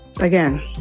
again